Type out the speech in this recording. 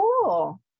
cool